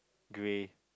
grey